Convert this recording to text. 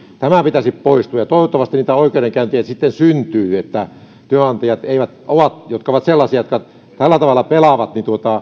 tämän pitäisi poistua ja toivottavasti niitä oikeudenkäyntejä syntyy että työnantajat jotka ovat sellaisia että tällä tavalla pelaavat